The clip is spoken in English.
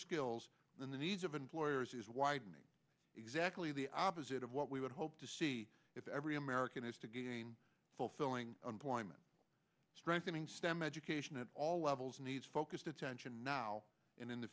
skills and the needs of employers is widening exactly the opposite of what we would hope to see if every american is to gain fulfilling employment strengthening stem education at all levels needs focused attention now and in the